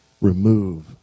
Remove